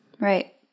Right